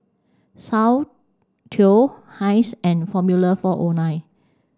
Soundteoh Heinz and Formula Four O Nine